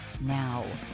Now